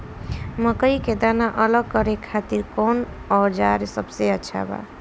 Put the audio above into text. मकई के दाना अलग करे खातिर कौन औज़ार सबसे अच्छा बा?